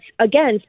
again